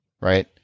right